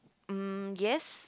mm yes